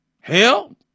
Hell